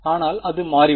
ஆனால் அது மாறிவிடும்